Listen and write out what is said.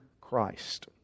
Christ